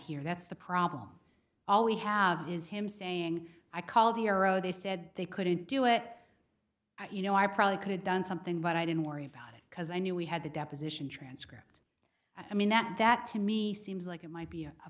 here that's the problem all we have is him saying i called the euro they said they couldn't do it you know i probably could have done something but i didn't worry about it because i knew we had the deposition transcript i mean that that to me seems like it might be a